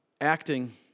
acting